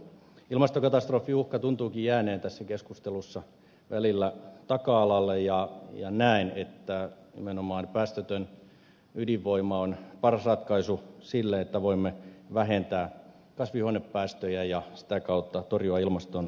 ilmastokatastrofin uhka tuntuukin jääneen tässä keskustelussa välillä taka alalle ja näen että nimenomaan päästötön ydinvoima on paras ratkaisu sille että voimme vähentää kasvihuonepäästöjä ja sitä kautta torjua ilmastonmuutosta